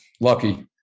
lucky